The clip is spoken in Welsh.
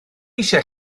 eisiau